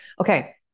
Okay